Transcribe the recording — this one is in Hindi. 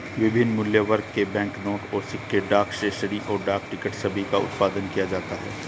विभिन्न मूल्यवर्ग के बैंकनोट और सिक्के, डाक स्टेशनरी, और डाक टिकट सभी का उत्पादन किया जाता है